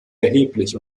erheblich